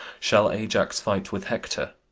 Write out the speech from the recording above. shall ajax fight with hector?